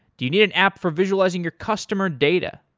do you need an app for visualizing your customer data?